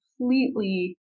completely